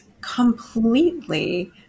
completely